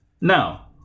now